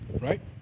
right